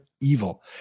evil